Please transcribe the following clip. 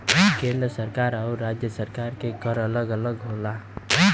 केंद्र सरकार आउर राज्य सरकार के कर अलग अलग होला